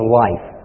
life